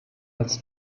als